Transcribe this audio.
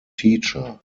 teacher